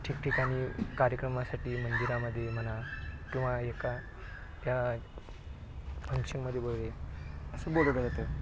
ठिकठिकाणी कार्यक्रमासाठी मंदिरामध्ये म्हणा किंवा एका या फंक्शनमध्ये वगैरे असं बोलावलं जातं